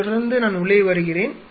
அதைத் தொடர்ந்து நான் உள்ளே வருகிறேன்